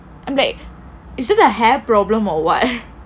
I'm like is it a hair problem or what